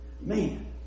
Man